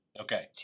Okay